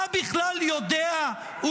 אני אפריע לו